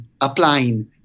applying